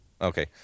okay